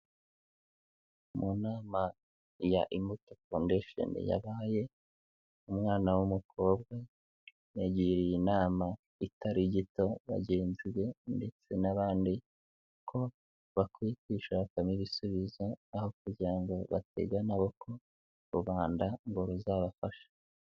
Mu nama ya Imbuto foundation yabaye, umwana w'umukobwa, yagiriye inama itari gito bagenzi be ndetse n'abandi ko bakwiye kwishakamo ibisubizo, aho kugira ngo batege amaboko, rubanda ngo ruzabafashe.